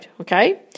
Okay